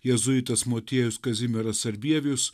jėzuitas motiejus kazimieras sarbievijus